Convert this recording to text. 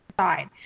side